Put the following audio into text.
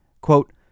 Quote